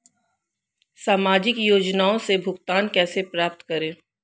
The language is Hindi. सामाजिक योजनाओं से भुगतान कैसे प्राप्त करें?